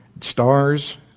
stars